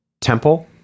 temple